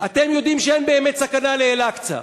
אתם יודעים שאין באמת סכנה לאל-אקצא.